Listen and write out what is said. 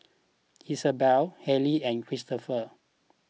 Isabel Hali and Cristopher